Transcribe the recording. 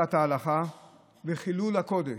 רמיסת ההלכה וחילול הקודש.